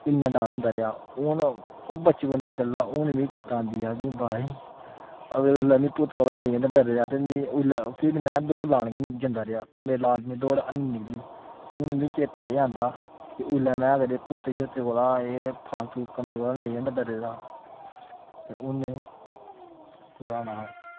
इन्ना डर होंदा रेहा हून ओह् बचपन दियां गल्लां हून बी चेतै आदियां अगर भाई अगर ओल्लै में भूतै कोला नेईं होंदा डरे दा ते मि ओह्लै फिर मैं दौड़ लान गै निं जंदा रेहा ते मेरी लास्ट च दौड़ ऐनी निकली हून मि चेता एह् आंदा कि ओल्लै मैं अगर एह् भूतें शूतें कोला एह् फालतू कम्में कोला नेईं होंदा डरे दा ते हून नेईं कुतै होना हा